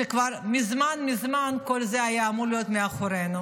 שכבר מזמן מזמן כל זה היה אמור להיות מאחורינו.